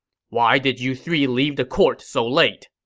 why did you three leave the court so late?